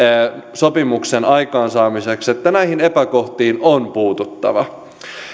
sopimuksen aikaansaamiseksi antaa vahva viesti että näihin epäkohtiin on puututtava